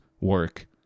work